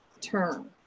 term